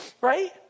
Right